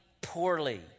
poorly